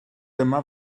dyma